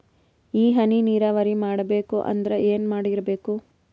ಈ ಹನಿ ನೀರಾವರಿ ಮಾಡಬೇಕು ಅಂದ್ರ ಏನ್ ಮಾಡಿರಬೇಕು?